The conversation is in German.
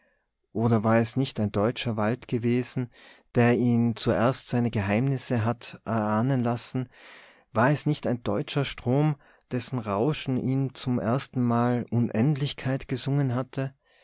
oder war es nicht ein deutscher wald gewesen der ihn zuerst seine geheimnisse hatte ahnen lassen war es nicht ein deutscher strom dessen rauschen ihm zum erstenmal unendlichkeit gesungen hatte